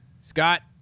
Scott